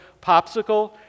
popsicle